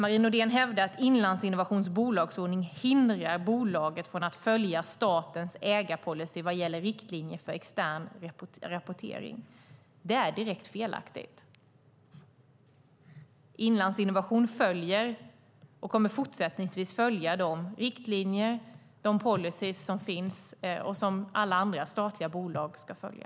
Hon hävdar att Inlandsinnovations bolagsordning hindrar bolaget från att följa statens ägarpolicy vad gäller riktlinjer för extern rapportering. Det är direkt felaktigt. Inlandsinnovation följer och kommer fortsättningsvis att följa de riktlinjer och policyer som finns och som alla andra statliga bolag ska följa.